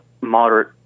moderate